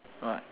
what